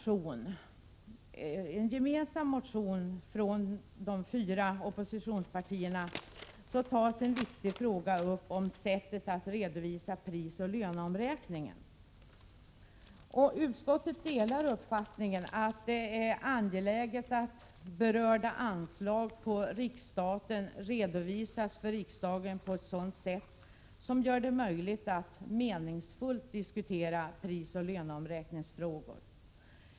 I en gemensam motion från de fyra oppositionspartierna tas en viktig fråga upp angående sättet att redovisa prisoch löneomräkningen. Utskottet delar uppfattningen att det är angeläget att berörda anslag på riksstaten redovisas för riksdagen på ett sådant sätt att det blir möjligt att på ett meningsfullt sätt kunna diskutera prisoch löneomräkningsfrågor.